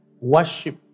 worship